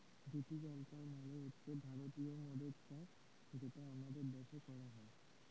ভিটি culture মালে হছে ভারতীয় মদের চাষ যেটা আমাদের দ্যাশে ক্যরা হ্যয়